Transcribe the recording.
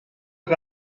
que